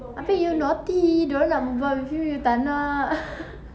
abeh you naughty dorang nak berbual with you you tak nak